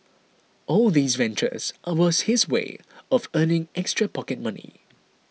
all these ventures are was his way of earning extra pocket money